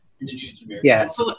yes